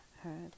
heard